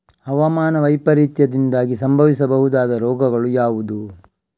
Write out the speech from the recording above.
ಹವಾಮಾನ ವೈಪರೀತ್ಯದಿಂದಾಗಿ ಸಂಭವಿಸಬಹುದಾದ ರೋಗಗಳು ಯಾವುದು?